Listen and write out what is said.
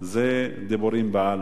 זה דיבורים בעלמא.